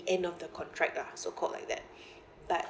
end of the contract lah so called like that but